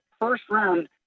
first-round